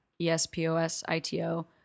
E-S-P-O-S-I-T-O